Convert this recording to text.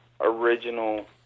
original